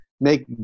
make